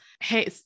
Hey